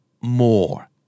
more